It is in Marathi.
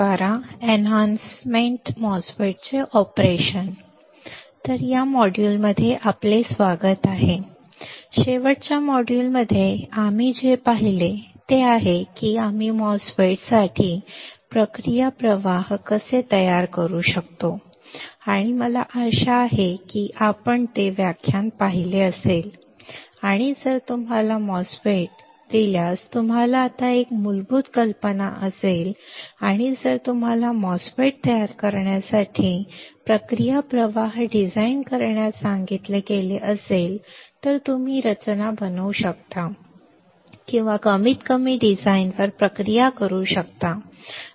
तर या मॉड्यूलमध्ये आपले स्वागत आहे शेवटच्या मॉड्यूलमध्ये आम्ही जे पाहिले ते आहे की आम्ही MOSFET साठी प्रक्रिया प्रवाह कसे तयार करू शकतो आणि मला आशा आहे की आपण ते व्याख्यान पाहिले असेल आणि जर तुम्हाला MOSFET दिल्यास तुम्हाला आता एक मूलभूत कल्पना असेल आणि जर तुम्हाला MOSFET तयार करण्यासाठी प्रक्रिया प्रवाह डिझाइन करण्यास सांगितले गेले तर तुम्ही रचना बनवू शकता किंवा कमीतकमी डिझाइनवर प्रक्रिया करू शकता